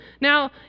Now